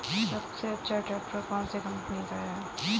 सबसे अच्छा ट्रैक्टर कौन सी कम्पनी का है?